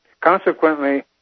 consequently